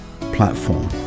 platform